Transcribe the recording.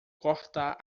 cortar